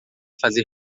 fazer